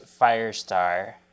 Firestar